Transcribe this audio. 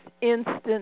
instant